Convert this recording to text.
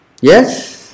Yes